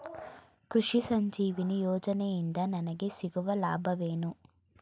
ಕೃಷಿ ಸಂಜೀವಿನಿ ಯೋಜನೆಯಿಂದ ನನಗೆ ಸಿಗುವ ಲಾಭವೇನು?